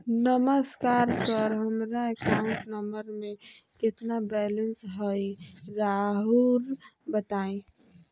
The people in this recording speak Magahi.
नमस्कार सर हमरा अकाउंट नंबर में कितना बैलेंस हेई राहुर बताई?